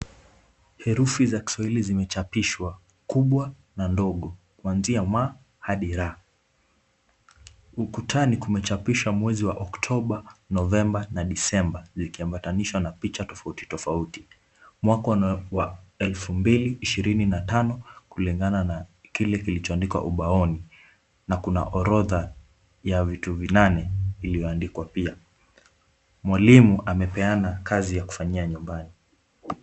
Herufi za Kiswahili zimechapishwa. Kubwa na ndogo kwanzia M hadi R. Ukutani kumechapishwa mwezi wa Oktoba, Novemba na Disemba vikiambatanishwa na picha tofauti tofauti. Mwaka unaweza kuwa elfu mbili ishirini na tano kulingana na kile kilichoandikwa ubaoni na kuna orodha ya vitu vinane vilivyoandikwa pia. Mwalimu amepeana kazi ya kufanyia nyumbani.